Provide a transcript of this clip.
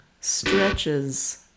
stretches